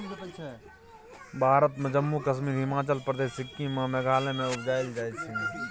भारत मे जम्मु कश्मीर, हिमाचल प्रदेश, सिक्किम आ मेघालय मे उपजाएल जाइ छै